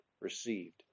received